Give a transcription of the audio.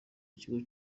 ikigo